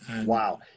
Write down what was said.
Wow